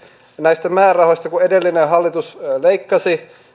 näistä määrärahoista kun edellinen hallitus leikkasi